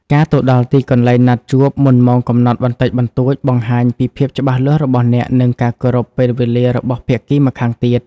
ការទៅដល់ទីកន្លែងណាត់ជួបមុនម៉ោងកំណត់បន្តិចបន្តួច បង្ហាញពីភាពច្បាស់លាស់របស់អ្នក និងការគោរពពេលវេលារបស់ភាគីម្ខាងទៀត។